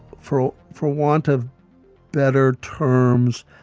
for for want of better terms,